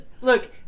look